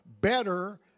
better